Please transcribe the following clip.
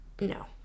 No